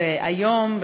היום,